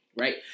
Right